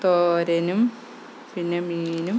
തോരനും പിന്നെ മീനും